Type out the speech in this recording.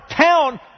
town